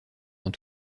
dans